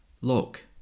look